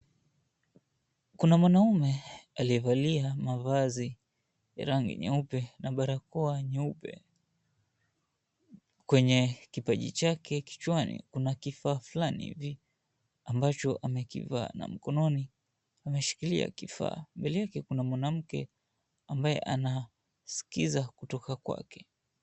Kuna mwanaume aliyevalia mavazi ya rangi nyeupe na barakoa nyeupe. Kwenye kipaji chake kichwani, kuna kifaa fulani hivi, ambacho amekivaa na mkononi ameshikilia kifaa. Vilevile kuna mwanamke ambaye anaskiza kutoka kwake.